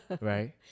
Right